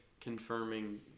confirming